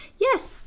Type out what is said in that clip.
yes